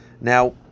Now